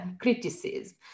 criticism